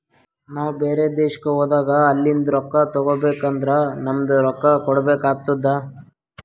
ನಾವು ಬ್ಯಾರೆ ದೇಶ್ಕ ಹೋದಾಗ ಅಲಿಂದ್ ರೊಕ್ಕಾ ತಗೋಬೇಕ್ ಅಂದುರ್ ನಮ್ದು ರೊಕ್ಕಾ ಕೊಡ್ಬೇಕು ಆತ್ತುದ್